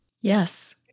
Yes